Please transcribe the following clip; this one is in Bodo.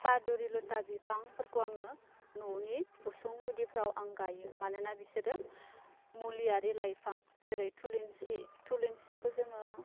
फादुरिलथा बिफांफोरखौ आङो न'नि उसुं गुदिफ्राव आं गायो मानोना बिसोरो मुलियारि लाइफां जेरै थुलुंसि थुलुंसिखौ जोङो